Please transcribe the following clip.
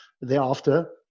thereafter